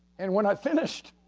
and when i finished,